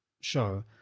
show